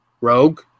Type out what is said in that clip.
Rogue